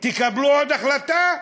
תקבלו עוד החלטה?